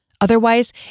Otherwise